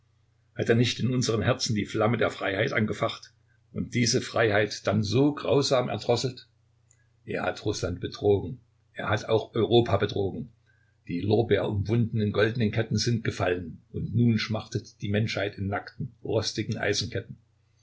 hat er nicht in unseren herzen die flamme der freiheit angefacht und diese freiheit dann so grausam erdrosselt er hat rußland betrogen er hat auch europa betrogen die lorbeerumwundenen goldenen ketten sind gefallen und nun schmachtet die menschheit in nackten rostigen